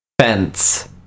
Fence